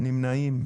נמנעים?